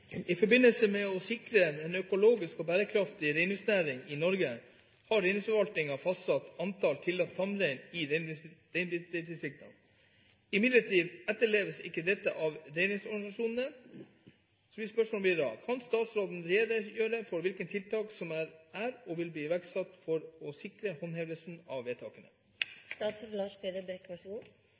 forbindelse med å sikre en økologisk og bærekraftig reindriftsnæring i Norge har reindriftsforvaltningen fastsatt antall tillatte tamrein i reinbeitedistriktene. Imidlertid etterleves ikke dette av reindriftsorganisasjonene. Kan statsråden redegjøre for hvilke tiltak som er og vil bli iverksatt for å sikre håndhevelsen av vedtakene?»